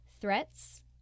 threats